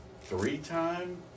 three-time